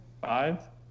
Five